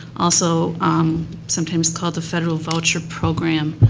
also sometimes called the federal voucher program.